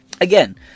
Again